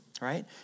right